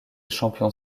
champion